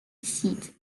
seat